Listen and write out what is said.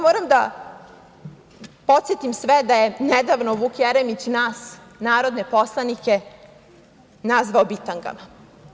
Moram da podsetim sve da je nedavno Vuk Jeremić nas narodne poslanike nazvao bitangama.